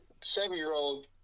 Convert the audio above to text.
seven-year-old